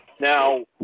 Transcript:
Now